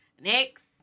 Next